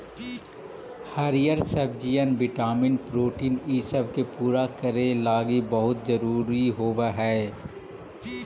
हरीअर सब्जियन vitamin protein ईसब के पूरा करे लागी बहुत जरूरी होब हई